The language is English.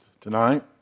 tonight